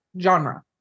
genre